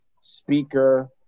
speaker